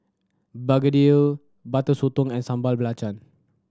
begedil Butter Sotong and Sambal Belacan